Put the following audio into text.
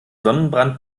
sonnenbrand